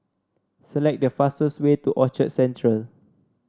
select the fastest way to Orchard Central